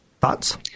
Thoughts